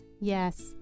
yes